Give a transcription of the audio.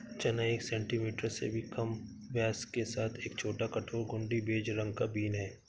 चना एक सेंटीमीटर से भी कम व्यास के साथ एक छोटा, कठोर, घुंडी, बेज रंग का बीन है